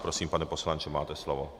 Prosím, pane poslanče, máte slovo.